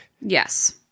Yes